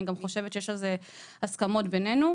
אני גם חושבת שיש על זה הסכמות בינינו.